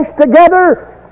together